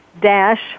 dash